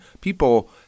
people